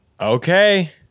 Okay